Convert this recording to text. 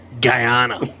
Guyana